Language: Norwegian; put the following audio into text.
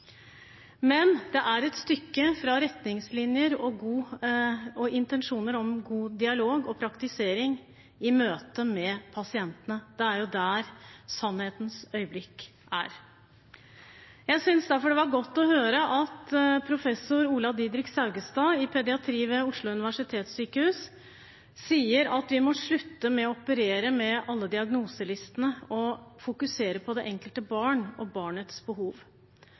Men det er et stykke fra retningslinjer og intensjoner om god dialog til praktisering i møte med pasientene. Det er der sannhetens øyeblikk er. Jeg synes derfor det var godt å høre at professor i pediatri ved Oslo universitetssykehus, Ola Didrik Saugstad, sier at vi må slutte å operere med alle diagnoselistene og heller fokusere på det enkelte barn og barnets behov.